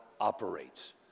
operates